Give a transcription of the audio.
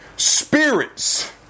Spirits